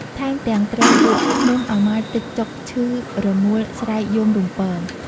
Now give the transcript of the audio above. ថែមទាំងត្រូវពួកឃ្មុំ ឪម៉ាល់ទិច ចុកឈឺរមូល ស្រែកយំរំពង។